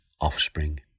offspring